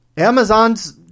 Amazon's